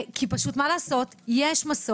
פשוט יש מסוק,